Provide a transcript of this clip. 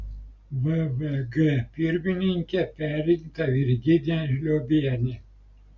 vvg pirmininke perrinkta virginija žliobienė